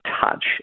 touch